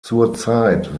zurzeit